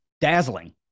dazzling